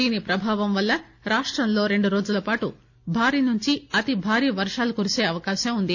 దీని ప్రభావం వల్ల రాష్టంలో రెండు రోజులపాటు భారీ నుంచి అతి భారీ వర్షాలు పడే అవకాశం ఉంది